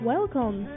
Welcome